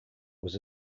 was